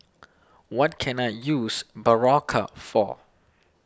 what can I use Berocca for